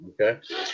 Okay